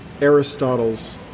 Aristotle's